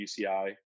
UCI